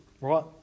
Right